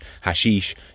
hashish